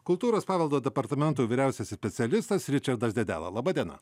kultūros paveldo departamento vyriausiasis specialistas ričardas dedela laba diena